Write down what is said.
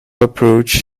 approach